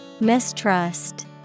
Mistrust